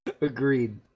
Agreed